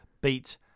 beat